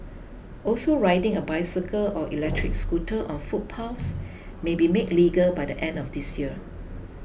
also riding a bicycle or electric scooter on footpaths may be made legal by the end of this year